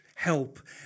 help